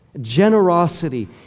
Generosity